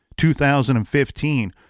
2015